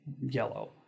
yellow